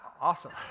Awesome